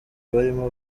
barimo